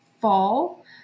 fall